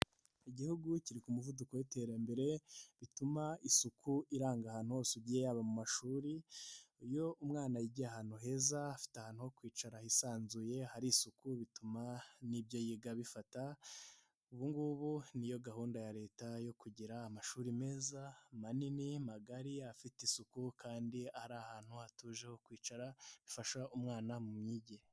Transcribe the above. Igihugu kiri ku muvuduko w'iterambere bituma isuku iranga ahantu hose ugiye yaba mu mashuri, iyo umwana yigiye ahantu heza, afite ahantu ho kwicara hisanzuye, hari isuku bituma n'ibyo yiga abifata, ubu ngubu ni yo gahunda ya Leta yo kugira amashuri meza manini magari afite isuku kandi ari ahantu hatuje ho kwicara bifasha umwana mu myigire.